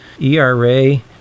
ERA